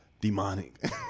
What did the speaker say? demonic